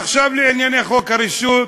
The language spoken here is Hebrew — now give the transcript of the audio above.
עכשיו לענייני חוק הרשות,